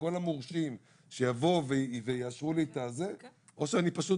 כל המורשים שיבואו ויאשרו לי את זה או שאני פשוט